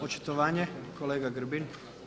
Očitovanje, kolega Grbin.